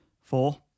Four